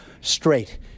straight